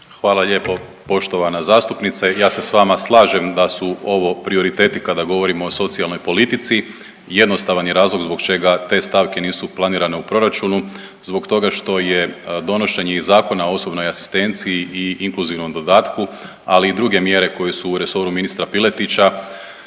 Hvala lijepo poštovana zastupnice. Ja se sa vama slažem da su ovo prioriteti kada govorimo o socijalnoj politici. Jednostavan je razlog zbog čega te stavke nisu planirane u proračunu, zbog toga što je donošenje i Zakona o osobnoj asistenciji i inkluzivno dodatku, ali i druge mjere koje su u resoru ministra Piletića